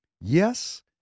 Yes